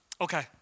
Okay